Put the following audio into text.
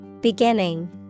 Beginning